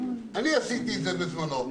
אני עשיתי את זה בזמנו.